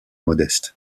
modeste